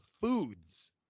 foods